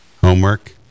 Homework